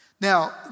Now